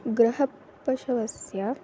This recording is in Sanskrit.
गृहपशवस्य